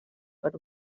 per